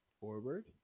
forward